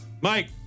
Mike